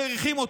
מריחים אותו,